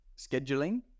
scheduling